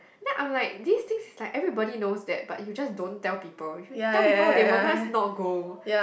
then I'm like this things is like everybody knows that but you just don't tell people tell people they won't must not go